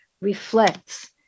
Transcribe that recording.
reflects